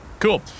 Cool